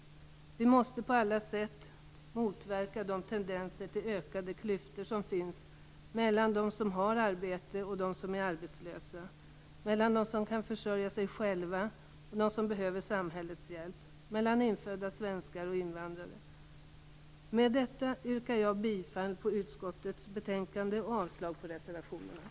Vi måste på alla sätt motverka de tendenser till ökade klyftor som finns mellan dem som har arbete och dem som är arbetslösa, mellan dem som kan försörja sig själva och dem som behöver samhällets hjälp, mellan infödda svenskar och invandrare. Med detta yrkar jag bifall till utskottets hemställan och avslag på reservationerna.